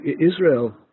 Israel